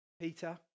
Peter